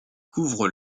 couvre